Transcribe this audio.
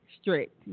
strict